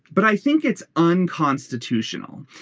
but i think it's unconstitutional.